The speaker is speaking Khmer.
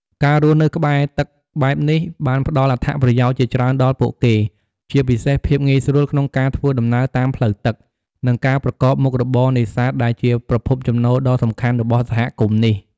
ការរស់នៅក្បែរទឹកបែបនេះបានផ្តល់អត្ថប្រយោជន៍ជាច្រើនដល់ពួកគេ ជាពិសេស ភាពងាយស្រួលក្នុងការធ្វើដំណើរតាមផ្លូវទឹក និង ការប្រកបមុខរបរនេសាទ ដែលជាប្រភពចំណូលដ៏សំខាន់របស់សហគមន៍នេះ។